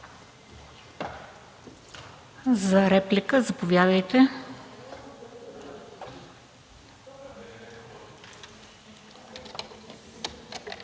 За реплика, заповядайте.